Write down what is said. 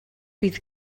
bydd